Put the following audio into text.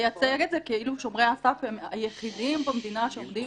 לייצג את זה כאילו שומרי הסף הם היחידים במדינה שעומדים